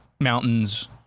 mountains